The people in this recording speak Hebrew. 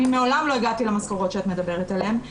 אני מעולם לא הגעתי למשכורות שאת מדברת עליהן.